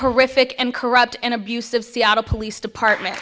horrific and corrupt and abusive seattle police department